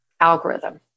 algorithm